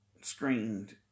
screened